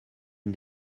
une